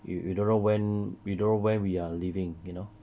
you you don't know when we don't know when we are leaving you know